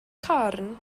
corn